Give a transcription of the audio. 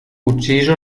ucciso